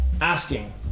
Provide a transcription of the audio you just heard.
Asking